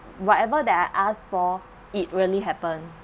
whatever that I asked for it really happen